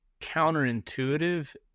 counterintuitive